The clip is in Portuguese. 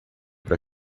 para